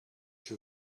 you